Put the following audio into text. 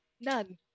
None